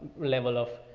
level of